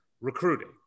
recruiting